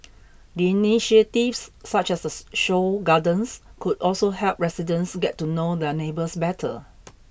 the initiatives such as this show gardens could also help residents get to know their neighbours better